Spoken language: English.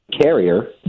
carrier